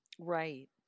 Right